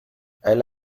elle